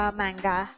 manga